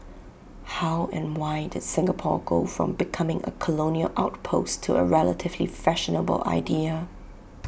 how and why did Singapore go from becoming A colonial outpost to A relatively fashionable idea